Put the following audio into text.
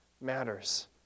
matters